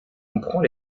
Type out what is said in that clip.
comprend